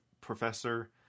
professor